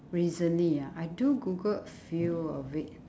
recently ah I do google a few of it